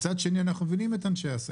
מצד שני, אנחנו מבינים את אנשי העסקים.